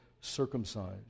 circumcised